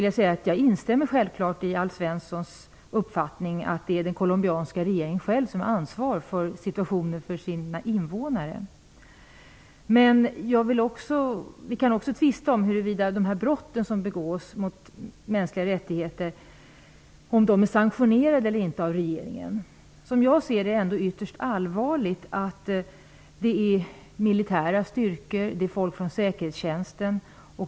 Jag instämmer självfallet i Alf Svenssons uppfattning att det är den colombianska regeringen som själv har ansvar för situationen för landets invånare. Vi kan också tvista om huruvida de brott som begås mot mänskliga rättigheter är sanktionerade eller inte av regeringen. Som jag ser det är det ändå ytterst allvarligt att det rör sig om militära styrkor och folk från säkerhetstjänsten.